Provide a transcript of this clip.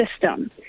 system